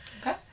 Okay